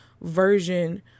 version